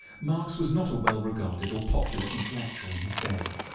marx was not a well-regarded or popular intellectual in his day.